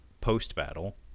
post-battle